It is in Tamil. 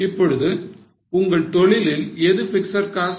இப்பொழுது உங்கள் தொழிலில் எது பிக்ஸட் காஸ்ட்